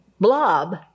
blob